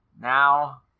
now